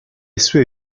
sue